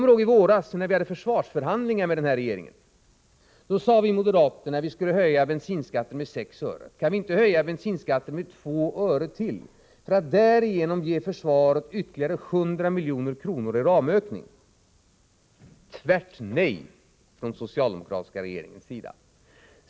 I våras, då vi hade försvarsförhandlingar med regeringen, sade vi moderater, när vi skulle höja bensinskatten med sex öre: Kan vi inte höja bensinskatten med två öre till, för att därigenom ge försvaret ytterligare 100 milj.kr. i ramökning? Det blev tvärt nej från den socialdemokratiska regeringens sida.